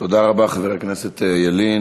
תודה רבה, חבר הכנסת ילין.